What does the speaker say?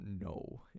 no